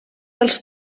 els